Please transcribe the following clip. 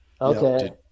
Okay